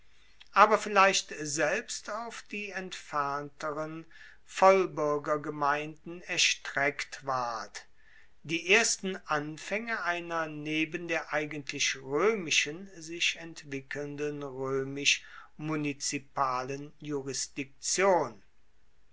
aber vielleicht selbst auf die entfernteren vollbuergergemeinden erstreckt ward die ersten anfaenge einer neben der eigentlich roemischen sich entwickelnden